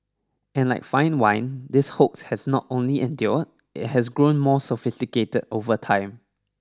and like fine wine this hoax has not only endured it has grown more sophisticated over time